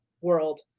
world